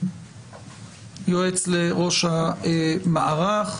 יועץ לראש המערך.